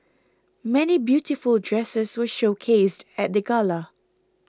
many beautiful dresses were showcased at the gala